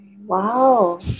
Wow